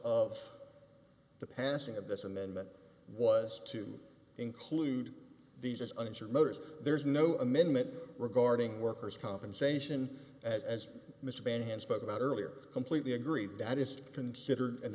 of the passing of this amendment was to include these as unser motors there's no amendment regarding workers compensation as mr van spoke about earlier completely agree that is considered and